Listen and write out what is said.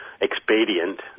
expedient